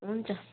हुन्छ